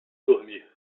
dormir